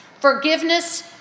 Forgiveness